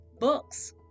books